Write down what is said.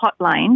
hotline